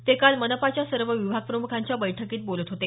ते काल मनपाच्या सर्व विभागप्रमुखांच्या बैठकीत बोलत होते